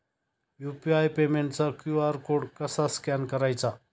UPI पेमेंटचा QR code कसा scan करायचा?